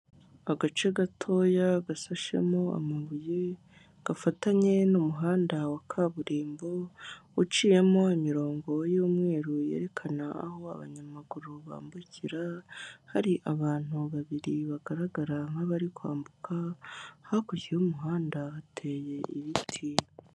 Agace gatoya gasashemo amabuye gafatanye n'umuhanda wa kaburimbo uciyemo imirongo y'umweru yerekana aho abanyamaguru bambukira, hari abantu babiri bagaragara nk'abarikwambuka, hakurya y'umuhanda hateye ibiti.